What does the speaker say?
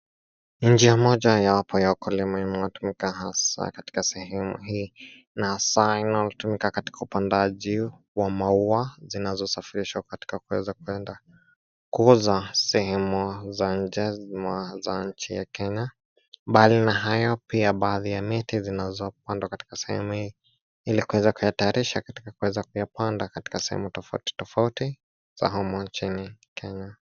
Ni njia moja yapo wakulima inayotumika hasa katika sehemu hii na hasaa katika upandaji wa maua zinazosafirishwa katika kwenda kuuzwa kwenye sehemu za inje mwa nchi ya Kenya. Bali na hayo pia baadhi ya miti zinazoweza kupandwa katika sehemu hii hili kuweza kuyatayarisha hili kuweza kupanda katika sehemu tofautitofauti za humu nchini Kenya.